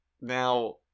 Now